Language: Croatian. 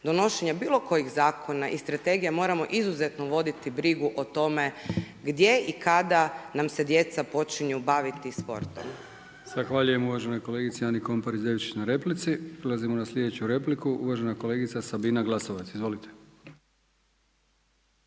donošenja bilo kojih zakona i strategija moramo izuzetno voditi brigu o tome gdje i kada nam se djeca počinju baviti sportom.